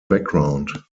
background